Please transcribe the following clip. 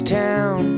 town